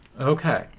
Okay